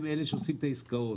הם שעושים את העסקות